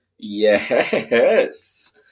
Yes